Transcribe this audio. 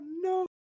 no